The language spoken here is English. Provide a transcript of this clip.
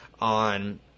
on